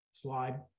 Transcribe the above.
slide